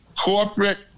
corporate